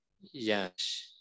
yes